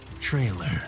trailer